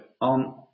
on